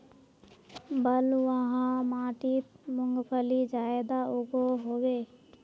बलवाह माटित मूंगफली ज्यादा उगो होबे?